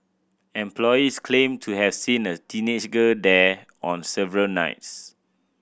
employees claimed to have seen a teenage girl there on several nights